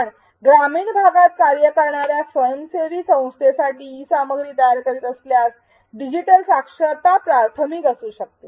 आपण ग्रामीण भागात कार्य करणार्या स्वयंसेवी संस्थेसाठी ई सामग्री तयार करीत असल्यास डिजिटल साक्षरता प्राथमिक असू शकते